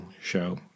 show